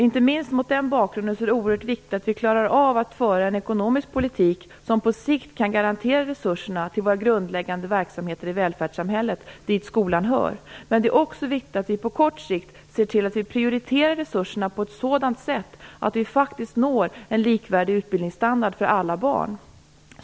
Inte minst mot den bakgrunden är det oerhört viktigt att vi klarar av att föra en ekonomisk politik som på sikt kan garantera resurserna till våra grundläggande verksamheter i välfärdssamhället, dit skolan hör. Det är också viktigt att vi på kort sikt ser till att vi prioriterar resurserna på ett sådant sätt att vi faktiskt når en likvärdig utbildningsstandard för alla barn.